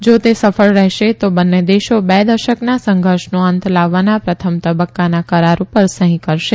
જો તે સફળ રહેશે તો બંને દેશો બે દશકના સંઘર્ષનો અંત લાવવાના પ્રથમ તબકકાના કરાર પર સહી કરશે